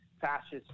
fascist